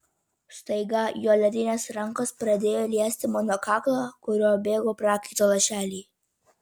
staiga jo ledinės rankos pradėjo liesti mano kaklą kuriuo bėgo prakaito lašeliai